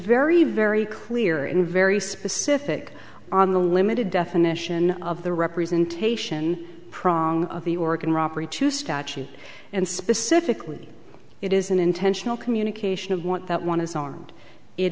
very very clear and very specific on the limited definition of the representation prong of the organ robbery to statute and specifically it is an intentional communication of what that one is